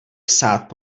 psát